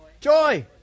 Joy